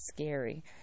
scary